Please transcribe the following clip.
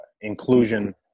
inclusion